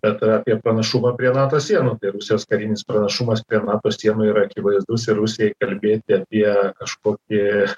bet apie pranašumą prie nato sienų tai rusijos karinis pranašumas prie nato sienų yra akivaizdus ir rusijai kalbėti apie kažkokį